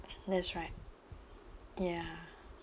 that's right ya